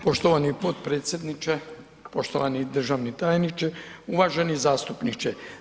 Poštovani potpredsjedniče, poštovani državni tajniče, uvaženi zastupniče.